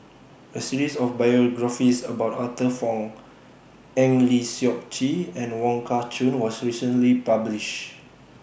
A series of biographies about Arthur Fong Eng Lee Seok Chee and Wong Kah Chun was recently published